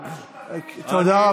תודה.